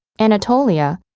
anatolia,